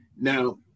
now